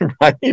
right